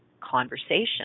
conversation